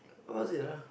what was it ah